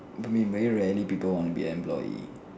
but mean very rarely people wanna be employee